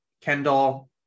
Kendall